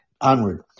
Onward